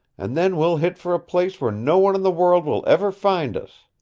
and then we'll hit for a place where no one in the world will ever find us.